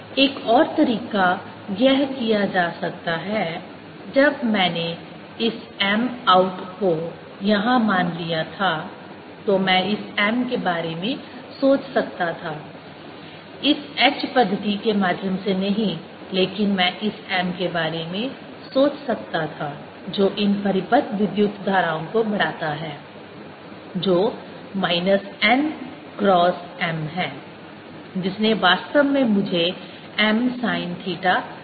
एक और तरीका यह किया जा सकता है जब मैंने इस m आउट को यहां मान लिया था तो मैं इस m के बारे में सोच सकता था इस h पद्धति के माध्यम से नहीं लेकिन मैं इस m के बारे में सोच सकता था जो इन परिबद्ध विद्युत धाराओं को बढ़ाता है जो माइनस n क्रॉस m हैं जिसने वास्तव में मुझे m sine थीटा दिया